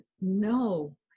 no